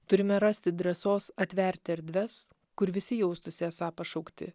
turime rasti drąsos atverti erdves kur visi jaustųsi esą pašaukti